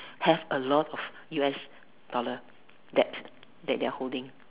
have a lot of U_S dollar that that they are holding